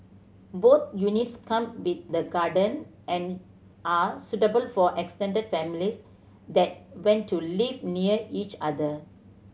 both units come with the garden and are suitable for extended families that want to live near each other